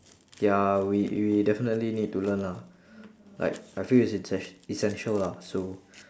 ya we we definitely need to learn lah like I feel it's essen~ essential lah so